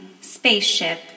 Spaceship